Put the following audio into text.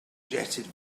jetted